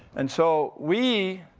and so we